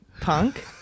Punk